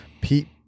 Pete